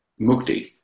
mukti